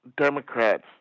Democrats